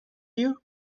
you